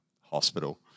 hospital